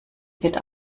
wird